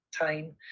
time